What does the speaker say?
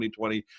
2020